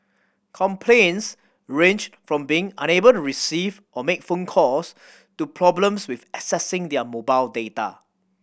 complaints ranged from being unable to receive or make phone calls to problems with accessing their mobile data